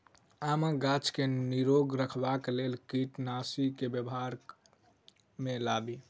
आमक गाछ केँ निरोग रखबाक लेल केँ कीड़ानासी केँ व्यवहार मे लाबी?